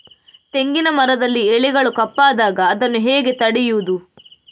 ತೆಂಗಿನ ಮರದಲ್ಲಿ ಎಲೆಗಳು ಕಪ್ಪಾದಾಗ ಇದನ್ನು ಹೇಗೆ ತಡೆಯುವುದು?